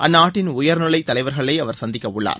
அந்நாட்டின் உயர்நிலை தலைவர்களை அவர் சந்திக்க உள்ளார்